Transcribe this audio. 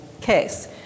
case